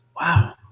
Wow